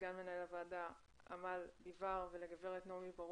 לסגן מנהל הוועדה אמל ביבאר ולגברת נעמי ברוך,